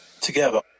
together